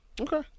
Okay